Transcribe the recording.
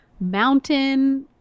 mountain